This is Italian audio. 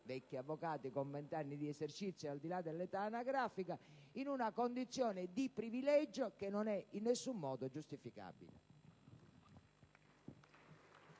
vecchi in quanto con vent'anni di esercizio, al di là dell'età anagrafica - in una condizione di privilegio che non è in alcun modo giustificabile.